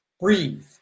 Breathe